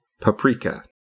Paprika